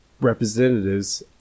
representatives